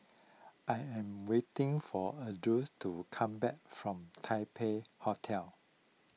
I am waiting for Ardyce to come back from Taipei Hotel